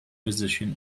position